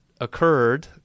occurred